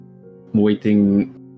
Waiting